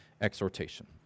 exhortation